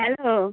hello